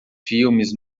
filmes